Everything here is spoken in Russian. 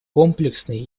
комплексный